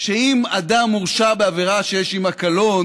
שאם אדם הורשע בעבירה שיש עימה קלון,